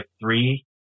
three